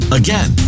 again